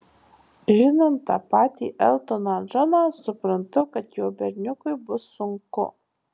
žinant tą patį eltoną džoną suprantu kad jo berniukui bus sunku